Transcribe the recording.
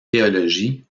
théologie